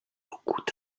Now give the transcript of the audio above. beaucoup